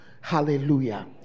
Hallelujah